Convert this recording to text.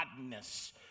godness